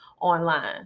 online